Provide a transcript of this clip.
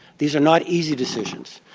these are not easy decisions.